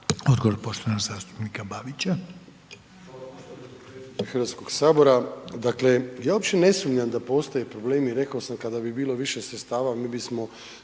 Hvala poštovani predsjedniče Hrvatskog sabora. Dakle, ja uopće ne sumnjam da postoje problemi, rekao sam kada bi bilo više sredstava mi bismo